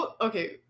okay